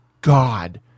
God